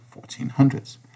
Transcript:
1400s